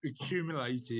accumulated